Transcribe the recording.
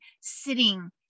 sitting